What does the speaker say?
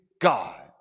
God